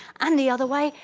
and the other way,